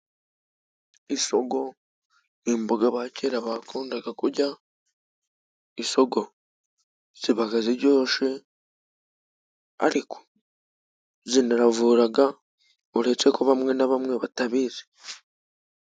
Isogo ni imboga aba kera bakundaga kujya, isogo zibaga zijyoshe, ariko zinaravuraga, ureke ko bamwe na bamwe batabizi.